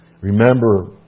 Remember